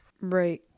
Right